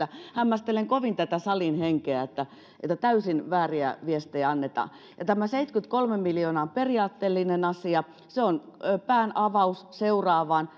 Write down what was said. hämmästelen kovin tätä salin henkeä että että täysin vääriä viestejä annetaan ja tämä seitsemänkymmentäkolme miljoonaa on periaatteellinen asia se on päänavaus seuraavaan